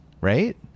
right